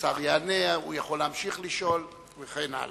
נמנע אחד.